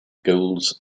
goals